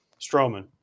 Strowman